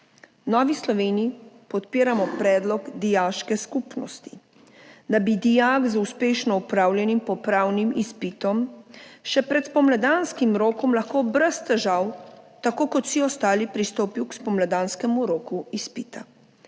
Novi Sloveniji podpiramo predlog dijaške skupnosti, da bi dijak z uspešno opravljenim popravnim izpitom še pred spomladanskim rokom lahko brez težav, tako kot vsi ostali, pristopil k spomladanskemu roku izpita.